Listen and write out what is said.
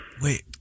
Wait